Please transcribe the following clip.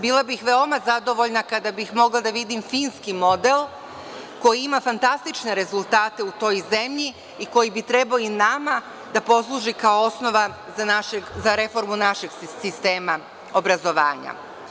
Bila bih veoma zadovoljna kada bih mogla da vidim finski model, koji ima fantastične rezultate u toj zemlji i koji bi trebao i nama da posluži kao osnova za reformu našeg sistema obrazovanja.